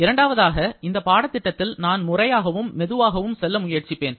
இரண்டாவதாக இந்த பாடத்திட்டத்தில் நான் முறையாகவும் மெதுவாகவும் செல்ல முயற்சிப்பேன்